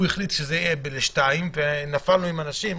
הוא החליט שזה יהיה עד 14:00 ונפלנו עם אנשים.